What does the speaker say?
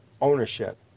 ownership